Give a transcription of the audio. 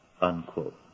Unquote